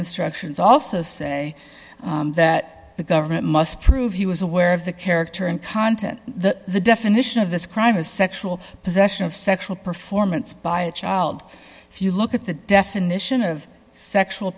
instructions also say that the government must prove he was aware of the character and content that the definition of this crime of sexual possession of sexual performance by a child if you look at the definition of sexual